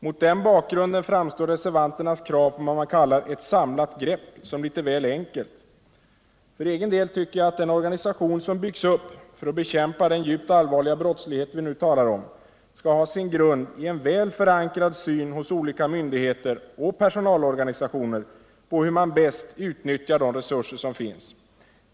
Mot den bakgrunden framstår reservanternas krav på vad man kallar ”ett samlat grepp” som litet väl enkelt. För egen del tycker jag att den organisation som byggs upp för att bekämpa den djupt allvarliga brottslighet vi nu talar om skall ha sin grund i en väl förankrad syn hos olika myndigheter och personalorganisationer på hur man bäst utnyttjar de resurser som finns.